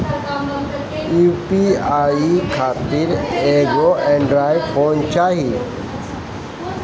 UPI खातिर एगो android phone चाही